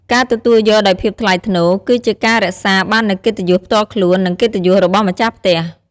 ការទទួលយកដោយភាពថ្លៃថ្នូរ គឺជាការរក្សាបាននូវកិត្តិយសផ្ទាល់ខ្លួន និងកិត្តិយសរបស់ម្ចាស់ផ្ទះ។